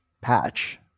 patch